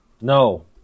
no